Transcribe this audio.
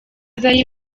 zari